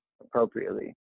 appropriately